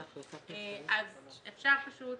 אז אפשר פשוט